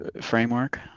framework